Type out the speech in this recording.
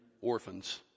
orphans